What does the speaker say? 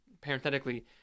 parenthetically